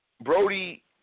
Brody